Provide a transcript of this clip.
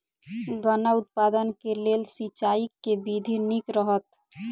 गन्ना उत्पादन केँ लेल सिंचाईक केँ विधि नीक रहत?